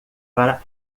para